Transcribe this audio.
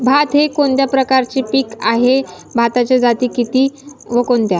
भात हे कोणत्या प्रकारचे पीक आहे? भाताच्या जाती किती व कोणत्या?